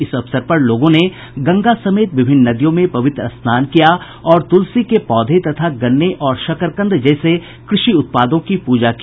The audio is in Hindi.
इस अवसर पर लोगों ने गंगा समेत विभिन्न नदियों में पवित्र स्नान किया और तुलसी के पौधे तथा गन्ने और शकरकंद जैसे कृषि उत्पादों की पूजा की